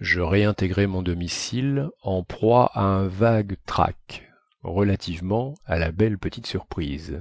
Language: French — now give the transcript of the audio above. je réintégrai mon domicile en proie à un vague trac relativement à la belle petite surprise